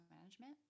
management